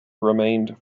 remained